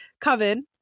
coven